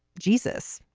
jesus,